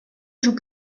joue